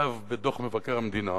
נכתב בדוח מבקר המדינה,